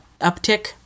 uptick